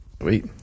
wait